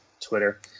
Twitter